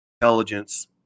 Intelligence